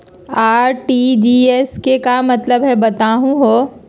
RTGS के का मतलब हई, बताहु हो?